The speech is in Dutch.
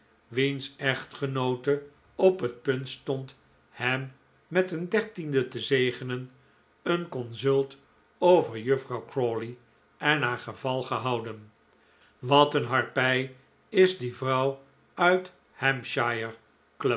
wiens echtgenoote op het punt stond hem met een dertiende te zegenen een consult over juffrouw crawley en haar geval gehouden wat een harpij is die vrouw uit